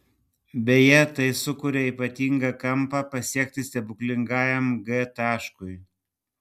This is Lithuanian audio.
beje tai sukuria ypatingą kampą pasiekti stebuklingajam g taškui